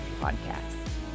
Podcast